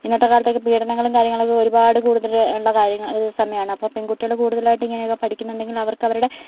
ഇന്നത്തെ കാലത്തൊക്കെ പീഡനങ്ങളും കാര്യങ്ങളൊക്കെ ഒരുപാട് കൂടുതൽ ഉള്ള കാര്യങ്ങ സമായമാണ് അപ്പോൾ പെൺകുട്ടികൾ കൂടുതലായിട്ട് ഇങ്ങനെയൊക്കെ പഠിക്കുന്നുണ്ടെങ്കിൽ അവർക്ക് അവരുടെ